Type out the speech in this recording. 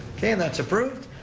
okay, and that's approved.